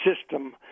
system